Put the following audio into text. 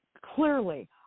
clearly